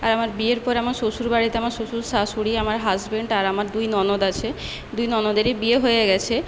আর আমার বিয়ের পর আমার শ্বশুরবাড়িতে আমার শ্বশুর শাশুড়ি আমার হাসব্যান্ড আর আমার দুই ননদ আছে দুই ননদেরই বিয়ে হয়ে গিয়েছে